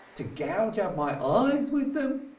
to gouge out my eyes with them!